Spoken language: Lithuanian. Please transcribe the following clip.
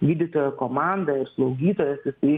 gydytojo komanda ir slaugytojas jisai